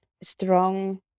strong